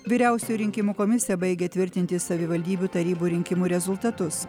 vyriausioji rinkimų komisija baigė tvirtinti savivaldybių tarybų rinkimų rezultatus